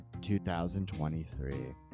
2023